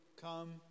come